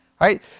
Right